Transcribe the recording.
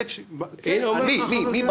מי באוצר?